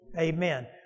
amen